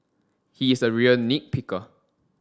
he is a real nit picker